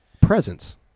Presence